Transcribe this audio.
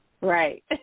Right